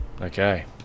okay